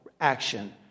Action